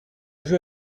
veux